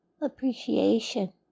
Appreciation